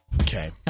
Okay